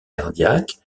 cardiaques